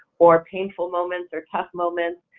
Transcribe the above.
or painful moments, or tough moments,